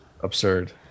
Absurd